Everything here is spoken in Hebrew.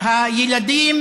כשהילדים